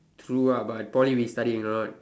true ah but Poly we studying or not